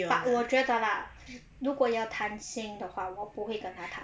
but 我觉得啦如果要谈心的话我不会跟她谈